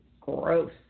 gross